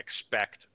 expect